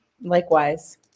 Likewise